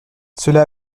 cela